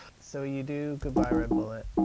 so you do goodbye red bullet,